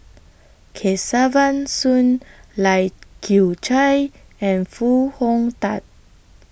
Kesavan Soon Lai Kew Chai and Foo Hong Tatt